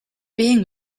being